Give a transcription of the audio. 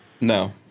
No